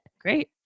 Great